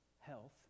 health